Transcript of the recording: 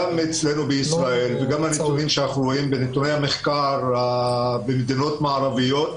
גם אצלנו בישראל וגם הנתונים שאנחנו רואים ממחקרים במדינות מערביות,